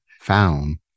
found